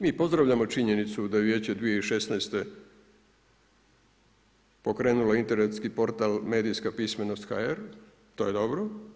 Mi pozdravljamo činjenicu sa Vijeće 2016. pokrenulo internetski portal „Medijskapismenost.hr“ to je dobro.